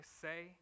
say